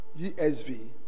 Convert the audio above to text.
ESV